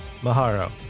Maharo